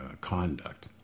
conduct